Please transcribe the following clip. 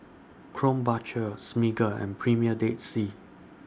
Krombacher Smiggle and Premier Dead Sea